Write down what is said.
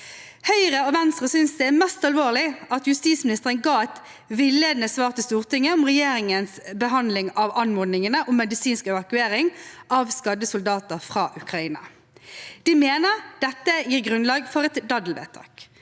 Høyre og Venstre synes det er mest alvorlig at justisministeren ga et villedende svar til Stortinget om regjeringens behandling av anmodningene om medisinsk evakuering av skadde soldater fra Ukraina. De mener at dette gir grunnlag for et daddelvedtak.